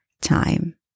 time